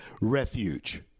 refuge